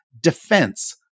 defense